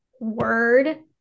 word